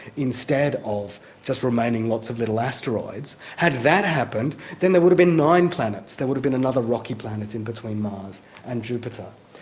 instead of just remaining lots of little asteroids, had that happened then there would have been nine planets there would have been another rocky planet in between mars and jupiter.